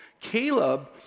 Caleb